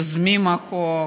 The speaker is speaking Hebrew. יוזמי החוק,